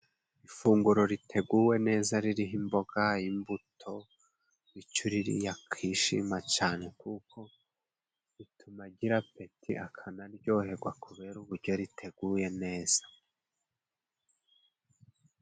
Ifunguro riteguwe neza ririmo imboga ,imbuto bico uririye akishima cane kuko bituma agira apeti, akanaryoherwa kubera ubujyo riteguye neza.